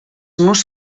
nus